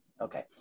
Okay